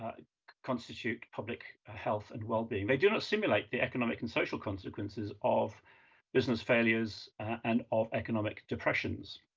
constitute public ah health and well-being. they do not simulate the economic and social consequences of business failures and of economic depressions.